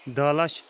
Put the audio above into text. دَہ لچھ